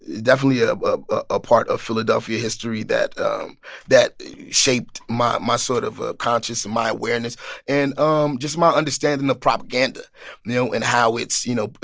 definitely a ah part of philadelphia history that um that shaped my my sort of conscious and my awareness and um just my understanding of propaganda, you know? and how it's, you know,